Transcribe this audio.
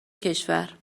کشور